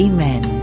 Amen